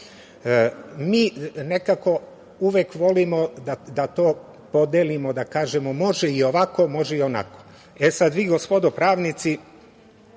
posao. Mi uvek volimo da to podelimo, da kažemo, može i ovako, može i onako. E, sada vi gospodo pravnici